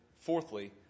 fourthly